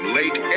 late